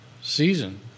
season